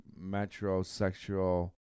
Metrosexual